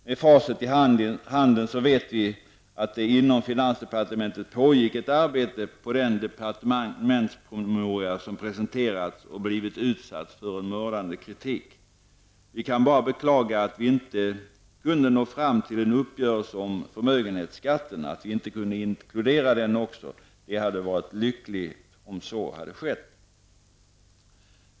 Med facit i handen vet vi att det inom finansdepartementet pågick ett arbete på den departementspromemoria som presenterats och blivit utsatt för en mördande kritik. Vi kan bara beklaga att vi inte kunde nå fram till en uppgörelse om förmögenhetsskatten och inte kunde inkludera även den. Det har varit lyckligt om så skett.